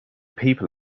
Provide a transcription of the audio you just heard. people